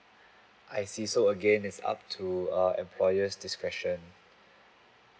I see so again is up to uh employer's discretion